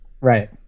right